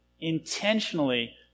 intentionally